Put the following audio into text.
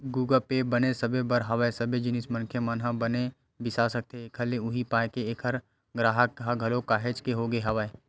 गुगप पे बने सबे बर हवय सबे जिनिस मनखे मन ह बने बिसा सकथे एखर ले उहीं पाय के ऐखर गराहक ह घलोक काहेच के होगे हवय